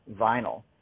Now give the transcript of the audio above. vinyl